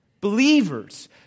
believers